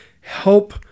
Help